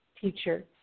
teacher